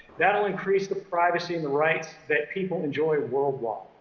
that'll increase the privacy and the rights that people enjoy worldwide.